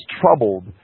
troubled